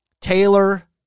Taylor